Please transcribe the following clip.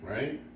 Right